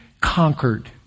conquered